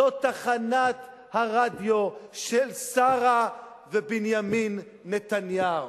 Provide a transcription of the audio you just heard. זו תחנת הרדיו של שרה ובנימין נתניהו,